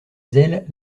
zèle